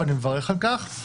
ואני מברך על כך,